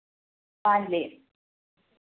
വാനിലയും